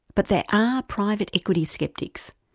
but there are private equity sceptics.